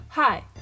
Hi